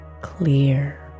clear